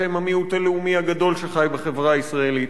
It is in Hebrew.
שהם המיעוט הלאומי הגדול שחי בחברה הישראלית.